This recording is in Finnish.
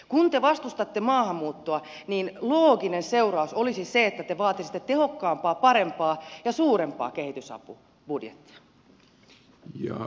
kun te vastustatte maahanmuuttoa niin looginen seuraus olisi se että te vaatisitte tehokkaampaa parempaa ja suurempaa kehitysapubudjettia